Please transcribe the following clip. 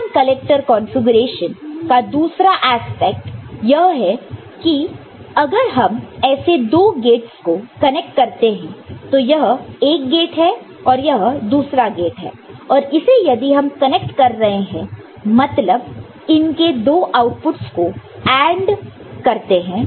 open collector configuration collector configuration का दूसरा aspect यह है कि अगर हम ऐसे दो गेट्स को कनेक्ट करते हैं तो यह एक गेट है और यह दूसरा गेट है और इसे यदि हम कनेक्ट कर रहे हैं मतलब इनके दो आउटपुट्स को AND करते हैं